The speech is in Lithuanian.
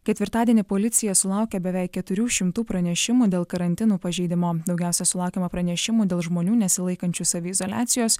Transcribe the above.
ketvirtadienį policija sulaukė beveik keturių šimtų pranešimų dėl karantinų pažeidimo daugiausia sulaukiama pranešimų dėl žmonių nesilaikančių saviizoliacijos